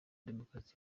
demokarasi